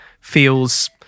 feels